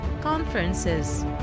conferences